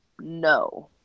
No